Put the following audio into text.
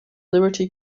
liberty